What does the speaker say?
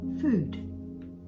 food